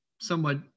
somewhat